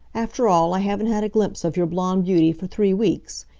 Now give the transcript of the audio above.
after all, i haven't had a glimpse of your blond beauty for three weeks.